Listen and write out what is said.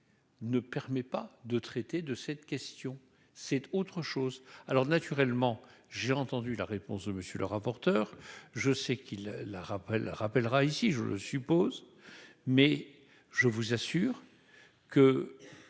Ne permet pas de traiter de cette question, c'est autre chose, alors, naturellement, j'ai entendu la réponse de monsieur le rapporteur, je sais qu'il la rappelle rappellera ici, je le suppose, mais je vous assure que